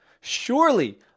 surely